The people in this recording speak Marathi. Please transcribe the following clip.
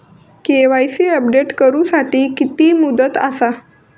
के.वाय.सी अपडेट करू साठी किती मुदत आसा?